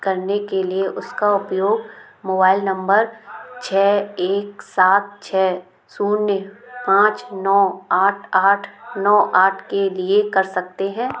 करने के लिए उसका उपयोग मोबाइल नम्बर छः एक सात छः शून्य पाँच नौ आठ आठ नौ आठ के लिए कर सकते है